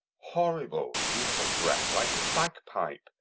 horrible! he has a breath like a bagpipe.